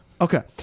Okay